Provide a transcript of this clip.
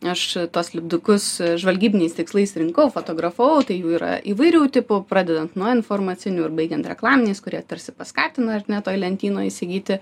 aš tuos lipdukus žvalgybiniais tikslais rinkau fotografavau tai jų yra įvairių tipų pradedant nuo informacinių ir baigiant reklaminiais kurie tarsi paskatina ar ne toj lentynoj įsigyti